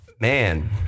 Man